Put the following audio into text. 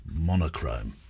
Monochrome